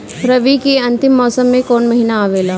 रवी के अंतिम मौसम में कौन महीना आवेला?